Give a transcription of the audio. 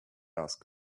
ask